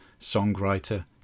songwriter